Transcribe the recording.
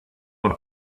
were